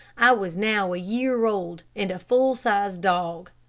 i was now a year old and a full-sized dog.